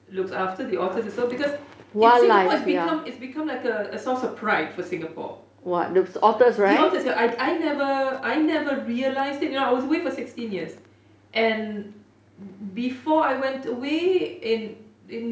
looks after the otters or so because in singapore it's become it's become like a source of pride for singapore the otters ya I never I never realised it you know I was away from sixteen years and before I went away in in